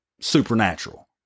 supernatural